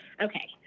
Okay